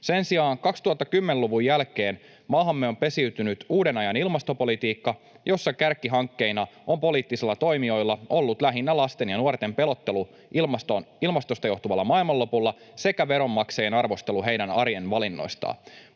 Sen sijaan 2010-luvun jälkeen maahamme on pesiytynyt uuden ajan ilmastopolitiikka, jossa poliittisilla toimijoilla on ollut kärkihankkeina lähinnä lasten ja nuorten pelottelu ilmastosta johtuvalla maailmanlopulla sekä veronmaksajien arvostelu heidän arjen valinnoistaan.